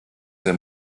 the